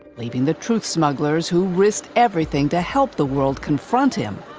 leaving the truth smugglers, who risked everything to help the world confront him,